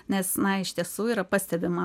nes na iš tiesų yra pastebima